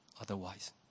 otherwise